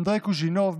אנדרי קוז'ינוב,